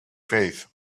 faith